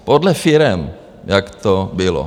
Podle firem jak to bylo.